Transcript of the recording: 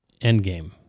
Endgame